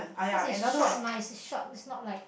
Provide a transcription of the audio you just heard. cause it's short mah it's short it's not like